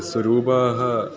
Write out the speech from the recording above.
स्वरूपाः